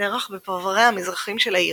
נערך בפרווריה המזרחיים של העיר.